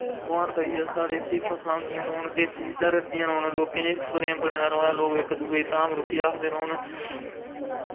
भगवान करियै साढ़े इत्थें फसलां होंदियां रौह्न देस्सी चीजां रड़दियां रौह्न लोकें हिरख प्रेम बने दा र'वै लोग इक दुए गी धाम रुट्टी आखदे रौह्न